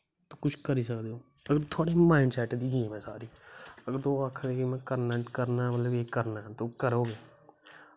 कुछ करी सकदे ओ अगर थोह्ड़ी माईंड़सैट दी मेन ऐ सारी तुस आक्खा दे मतलब तुसें करना ऐ करना ऐ